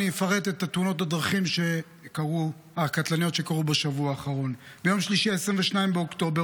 אפרט את תאונות הדרכים הקטלניות שקרו בשבוע האחרון: ביום שלישי 22 באוקטובר